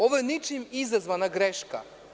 Ovo je ničim izazvana greška.